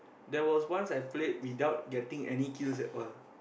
there was once I played without getting any kills at all